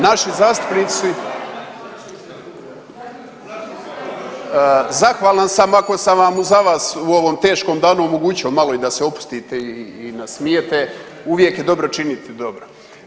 Naši zastupnici su, zahvalan sam ako sam vam uza vas u ovom teškom danu omogućio malo da se opustite i nasmijete, uvijek je dobro činiti dobro.